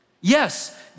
Yes